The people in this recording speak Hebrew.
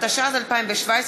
התשע"ז 2017,